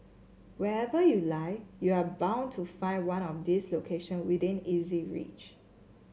wherever you lie you are bound to find one of these location within easy reach